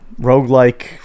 roguelike